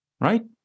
right